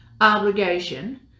obligation